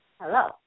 Hello